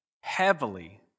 heavily